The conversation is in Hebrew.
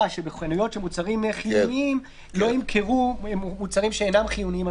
שבחנויות של מוצרים חיוניים לא ימכרו מוצרים שאינם חיוניים.